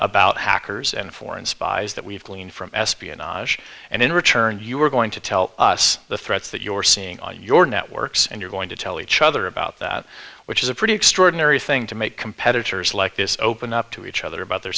about hackers and foreign spies that we've gleaned from espionage and in return you are going to tell us the threats that you're seeing on your networks and you're going to tell each other about that which is a pretty extraordinary thing to make competitors like this open up to each other about their